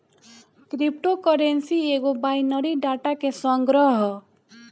crypto currency एगो binary data के संग्रह ह